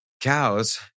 cows